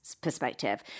perspective